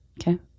okay